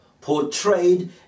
portrayed